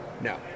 No